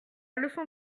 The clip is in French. leçon